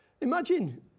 Imagine